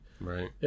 Right